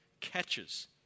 catches